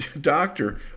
doctor